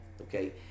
Okay